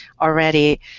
already